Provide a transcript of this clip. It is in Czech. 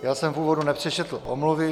Já jsem v úvodu nepřečetl omluvy.